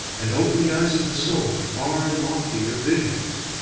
and open the eyes of the soul to far loftier visions.